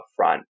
upfront